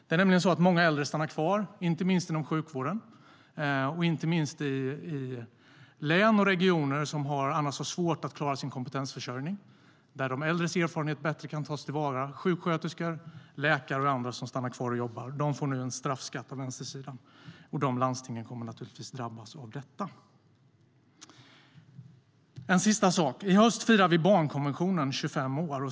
Många äldre stannar nämligen kvar i arbete, inte minst inom sjukvården och inte minst i län och regioner som annars har svårt att klara sin kompetensförsörjning. Där kan de äldres erfarenhet tas till vara på ett bättre sätt. Sjuksköterskor, läkare och andra som stannar kvar och jobbar får nu en straffskatt av vänstersidan. Och de landstingen kommer naturligtvis att drabbas av det. En sista sak som jag vill ta upp är att vi i höst firar att barnkonventionen blir 25 år.